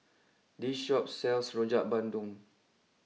this Shop sells Rojak Bandung